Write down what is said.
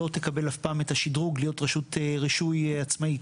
לא תקבל אף פעם את השדרוג להיות רשות רישוי עצמאית.